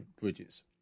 bridges